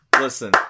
listen